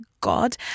God